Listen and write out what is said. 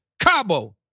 Cabo